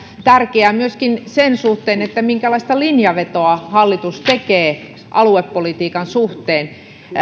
tärkeä myöskin sen suhteen minkälaista linjanvetoa hallitus tekee aluepolitiikan suhteen